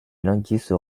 linguiste